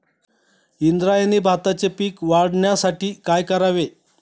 इंद्रायणी भाताचे पीक वाढण्यासाठी काय करावे?